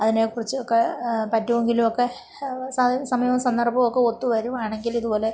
അതിനെ കുറിച്ചുവൊക്കെ പറ്റുമെങ്കിലൊക്കെ സമയമോ സന്ദർഭമോ ഒക്കെ ഒത്തുവരുവാണെങ്കിൽ ഇത്പോലെ